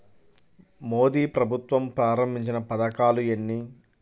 మోదీ ప్రభుత్వం ప్రారంభించిన పథకాలు ఎన్ని?